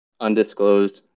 Undisclosed